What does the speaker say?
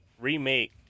remake